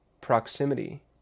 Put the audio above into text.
proximity